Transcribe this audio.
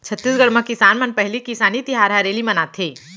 छत्तीसगढ़ म किसान मन ह पहिली किसानी तिहार हरेली मनाथे